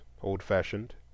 old-fashioned